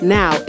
now